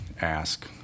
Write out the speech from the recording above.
ask